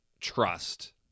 trust